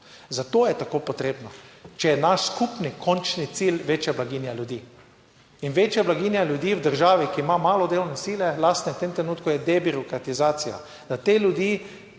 Zato je tako potrebno, če je naš skupni končni cilj večja blaginja ljudi. In večja blaginja ljudi v državi, ki ima malo delovne sile, lastne, v tem trenutku je debirokratizacija, da te ljudi,